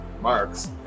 Marx